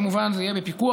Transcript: וכמובן זה יהיה בפיקוח,